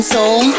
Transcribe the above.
Soul